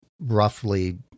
roughly